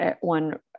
one